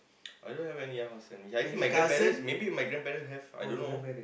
I don't have any house in Malaysia I think my grandparents maybe my grandparents have I don't know